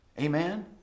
Amen